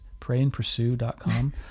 PrayAndPursue.com